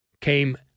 came